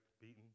beaten